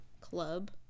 club